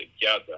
together